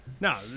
No